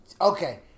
Okay